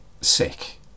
sick